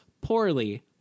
poorly